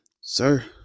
sir